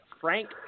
Frank